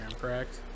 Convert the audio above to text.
correct